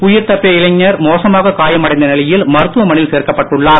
உயிர் தப்பிய இளைஞர் மோசமாக காயம் அடைந்த நிலையில் மருத்துவமனையில் சேர்க்கப்பட்டுள்ளார்